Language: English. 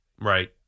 Right